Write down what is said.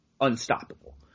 unstoppable